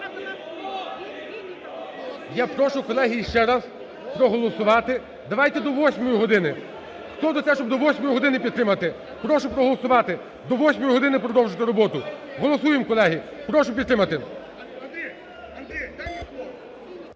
Я прошу, колеги, ще раз проголосувати. Давайте, до восьмої години? Хто за це, щоб до восьмої години підтримати? Прошу проголосувати до восьмої години продовжити роботу. Голосуємо, колеги. Прошу підтримати.